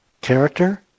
Character